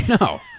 no